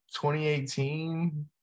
2018